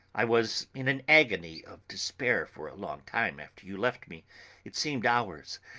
i was in an agony of despair for a long time after you left me it seemed hours.